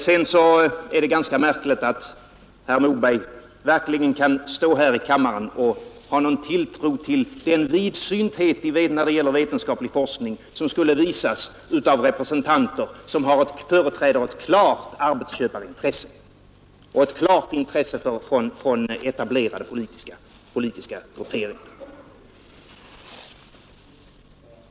Det är ganska märkligt att herr Moberg verkligen kan stå här i kammaren och ha någon tilltro till den vidsynthet när det gäller vetenskaplig forskning som skulle visas av representanter som företräder ett klart arbetsköparintresse och ett klart intresse från etablerade politiska grupperingar.